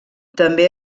també